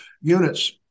units